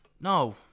No